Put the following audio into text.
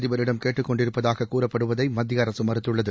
அதிபரிடம் கேட்டுக் கொண்டிருப்பதாக கூறப்படுவதை மத்திய அரசு மறுத்துள்ளது